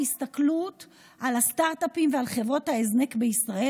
ההסתכלות על הסטרטאפים וכל חברות ההזנק בישראל